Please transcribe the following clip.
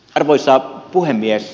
arvoisa puhemies